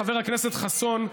חבר הכנסת חסון,